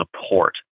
support